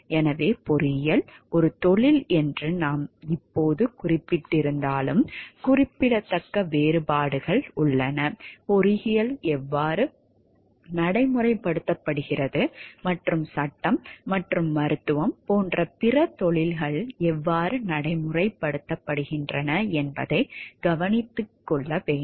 எனவே பொறியியல் ஒரு தொழில் என்று நாம் இப்போது குறிப்பிட்டிருந்தாலும் குறிப்பிடத்தக்க வேறுபாடுகள் உள்ளன பொறியியல் எவ்வாறு நடைமுறைப்படுத்தப்படுகிறது மற்றும் சட்டம் மற்றும் மருத்துவம் போன்ற பிற தொழில்கள் எவ்வாறு நடைமுறைப்படுத்தப்படுகின்றன என்பதைக் கவனத்தில் கொள்ள வேண்டும்